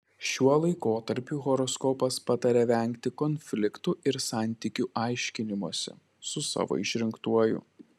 šiuo laikotarpiu horoskopas pataria vengti konfliktų ir santykių aiškinimosi su savo išrinktuoju